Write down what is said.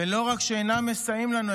ולא רק שאינם מסייעים לנו,